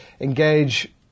engage